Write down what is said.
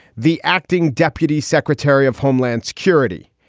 the acting deputy secretary of homeland security.